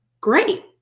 great